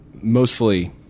mostly